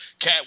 Cat